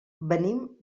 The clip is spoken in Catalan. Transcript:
venim